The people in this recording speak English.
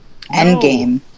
Endgame